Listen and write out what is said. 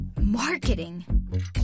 Marketing